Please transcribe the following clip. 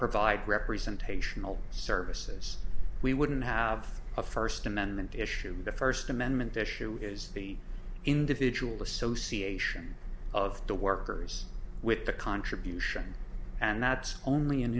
provide representation all services we wouldn't have a first amendment issue the first and issue is the individual association of the workers with the contribution and that's only an